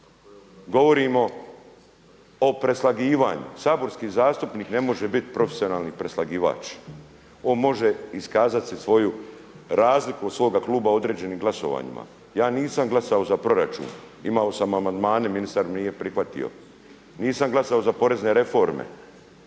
govorimo o preslagivanju. Saborski zastupnik ne može biti profesionalni preslagivač. On može iskazati svoju razliku od svoga kluba u određenim glasovanjima. Ja nisam glasao za proračun, imao sam amandmane, ministar mi nije prihvatio, nisam glasovao za porezne reforme.